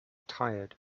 tired